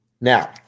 Now